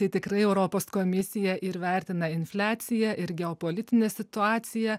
tai tikrai europos komisija ir vertina infliaciją ir geopolitinę situaciją